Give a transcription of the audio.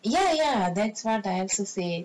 ya ya that's what I also say